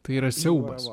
tai yra siaubas